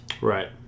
right